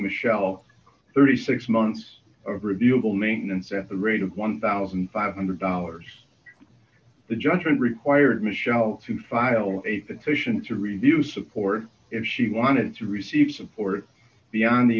michelle thirty six months of reviewable maintenance at the rate of one thousand five hundred dollars the judgment required michelle to file a petition to review support if she wanted to receive support beyond the